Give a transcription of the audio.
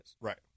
Right